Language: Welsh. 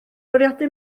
bwriadu